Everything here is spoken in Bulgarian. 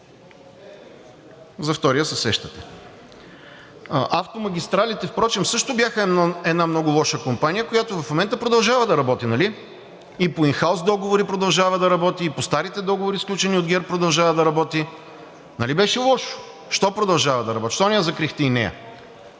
за втория се сещате. Автомагистрали, впрочем също бяха една много лоша компания, която в момента продължава да работи, нали? И по ин хаус договори продължава да работи, и по старите договори, сключени от ГЕРБ, продължава да работи… Нали беше лошо, защо продължава да работи, защо не я закрихте и нея?